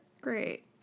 Great